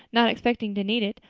not expecting to need it.